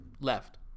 left